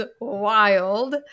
wild